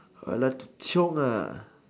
I like to chiong ah